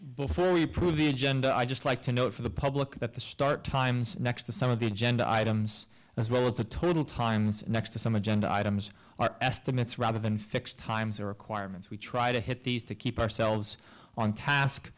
before we approve the agenda i'd just like to note for the public that the start times next to some of the agenda items as well as the total times next to some agenda items are estimates rather than fixed times or requirements we try to hit these to keep ourselves on task